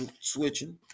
switching